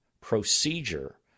procedure